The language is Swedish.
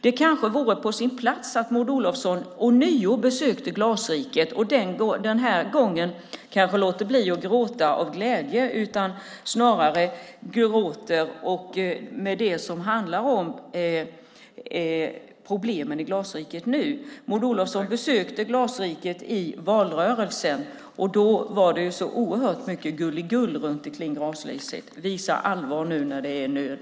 Det kanske vore på sin plats att Maud Olofsson ånyo besöker Glasriket och den här gången kanske låter bli att gråta av glädje, utan snarare gråter över problemen i Glasriket nu. Maud Olofsson besökte Glasriket i valrörelsen, och då var det så oerhört mycket gullegull kring Glasriket. Visa allvar nu när det är nöd!